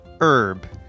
Herb